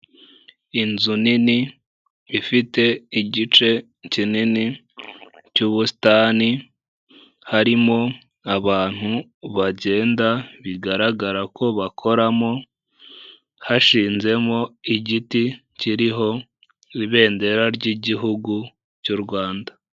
Inzu nini ifite igice kinini cy'ubusitani, harimo abantu bagenda bigaragara ko bakoramo, hashinzemo igiti kiriho ibendera ry'igihugu cy'u Rwanda.